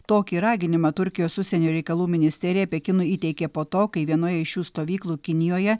tokį raginimą turkijos užsienio reikalų ministerija pekinui įteikė po to kai vienoje iš šių stovyklų kinijoje